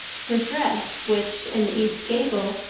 her dress, which, in the east gable,